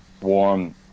warm